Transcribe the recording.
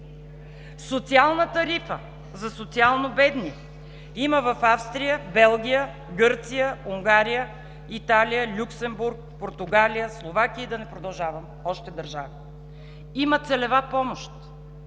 Социална тарифа за социално бедни има в Австрия, Белгия, Гърция, Унгария, Италия, Люксембург, Португалия, Словакия и да не продължавам с още държави. Има целева помощ